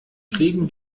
kriegen